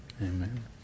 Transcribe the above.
Amen